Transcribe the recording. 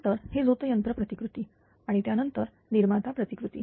नंतर हे झोत यंत्र प्रतिकृती आणि त्यानंतर निर्माता प्रतिकृती